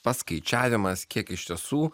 paskaičiavimas kiek iš tiesų